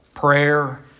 Prayer